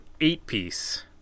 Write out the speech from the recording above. eight-piece